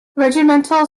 regimental